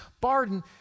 Barden